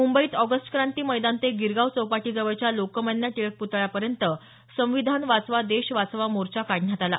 मुंबईत ऑगस्ट क्रांती मैदान ते गिरगाव चौपाटीजवळच्या लोकमान्य टिळक पृतळ्यापर्यंत संविधान वाचवा देश वाचवा मोर्चा काढण्यात आला